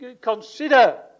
consider